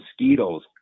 mosquitoes